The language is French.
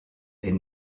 est